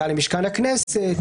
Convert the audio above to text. הגעה למשכן הכנסת,